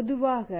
பொதுவாக